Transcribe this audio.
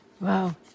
Wow